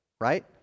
right